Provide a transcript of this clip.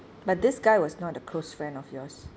but this guy was not a close friend of yours